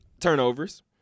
turnovers